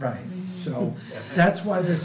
right so that's why the